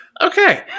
Okay